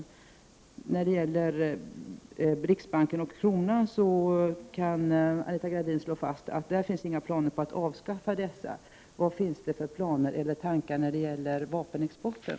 I fråga om riksbanken och kronan kan Anita Gradin slå fast att det inte finns några planer på att avskaffa dessa. Vad finns det för planer eller tankar när det gäller vapenexporten?